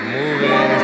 moving